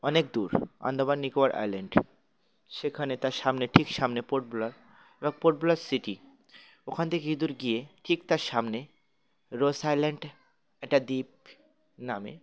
অনেক দূর আন্দামান নিকোবর আইল্যান্ড সেখানে তার সামনে ঠিক সামনে পোর্টব্লেয়ার বা পোর্টব্লেয়ার সিটি ওখান থেকে কিছু দূর গিয়ে ঠিক তার সামনে রোস আইল্যান্ড একটা দ্বীপ নামে